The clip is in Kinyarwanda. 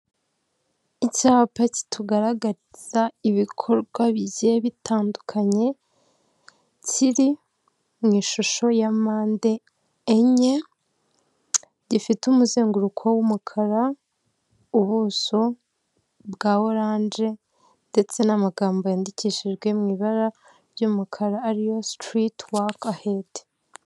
Icyapa kitugaragazariza ibikorwa bigiye bitandukanye kiri mu ishusho ya mpande enye, gifite umuzenguruko w'umukara, ubuso bwa oranje ndetse n'amagambo yandikishijwe mu ibara ry'umukara ariyo sitiriti wakahedi.